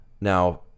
Now